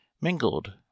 mingled